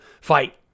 fight